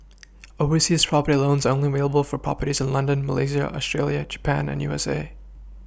overseas property loans are only available for properties in London Malaysia Australia Japan and U S A